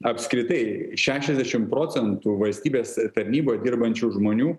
apskritai šešiasdešim procentų valstybės tarnyboj dirbančių žmonių